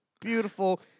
beautiful